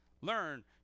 Learn